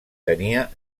tenia